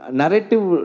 narrative